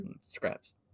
scraps